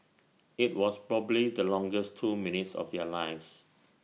IT was probably the longest two minutes of their lives